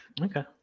Okay